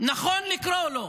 נכון לקרוא לו